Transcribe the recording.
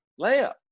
layup